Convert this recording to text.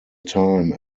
time